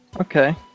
Okay